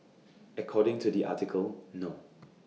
according to the article no